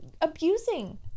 abusing